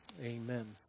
Amen